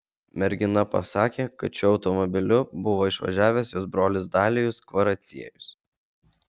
mergina pasakė kad šiuo automobiliu buvo išvažiavęs jos brolis dalijus kvaraciejus